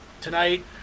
tonight